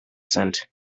cent